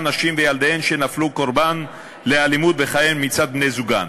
נשים וילדיהן שנפלו קורבן לאלימות בחייהם מצד בני-זוגן,